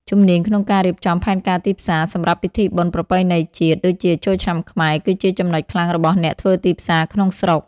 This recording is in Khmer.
ជំនាញក្នុងការរៀបចំផែនការទីផ្សារសម្រាប់ពិធីបុណ្យប្រពៃណីជាតិ ដូចជាចូលឆ្នាំខ្មែរ គឺជាចំណុចខ្លាំងរបស់អ្នកធ្វើទីផ្សារក្នុងស្រុក។